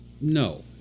no